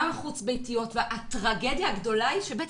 גם החוץ ביתיות והטרגדיה הגדולה היא שבית